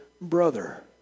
brother